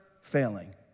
failing